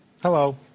Hello